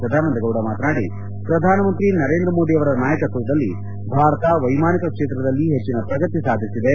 ಸದಾನಂದಗೌಡ ಮಾತನಾಡಿ ಪ್ರಧಾನಮಂತ್ರಿ ನರೇಂದ್ರ ಮೋದಿ ಅವರ ನಾಯಕತ್ವದಲ್ಲಿ ಭಾರತ ವೈಮಾನಿಕ ಕ್ಷೇತ್ರದಲ್ಲಿ ಹೆಚ್ಚಿನ ಪ್ರಗತಿ ಸಾಧಿಸಿದೆ